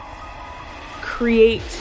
create